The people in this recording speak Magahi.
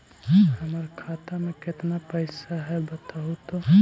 हमर खाता में केतना पैसा है बतहू तो?